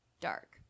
dark